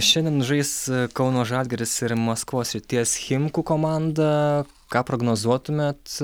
šiandien žais kauno žalgiris ir maskvos srities chimkų komanda ką prognozuotumėt